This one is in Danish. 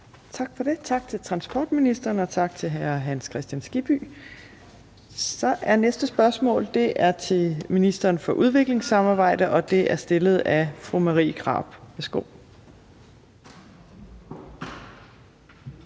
Torp): Tak til transportministeren, og tak til hr. Hans Kristian Skibby. Så er det næste spørgsmål til ministeren for udviklingssamarbejde, og det er stillet af fru Marie Krarup.